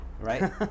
right